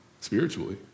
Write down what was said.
spiritually